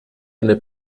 eine